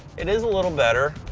it is a little better.